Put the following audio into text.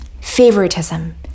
favoritism